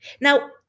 now